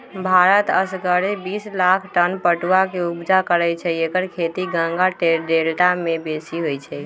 भारत असगरे बिस लाख टन पटुआ के ऊपजा करै छै एकर खेती गंगा डेल्टा में बेशी होइ छइ